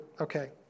Okay